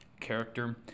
character